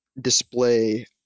display